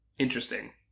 Interesting